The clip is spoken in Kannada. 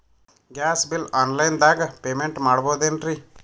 ಗ್ಯಾಸ್ ಬಿಲ್ ಆನ್ ಲೈನ್ ದಾಗ ಪೇಮೆಂಟ ಮಾಡಬೋದೇನ್ರಿ?